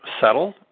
settle